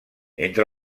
entre